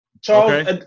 Charles